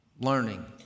learning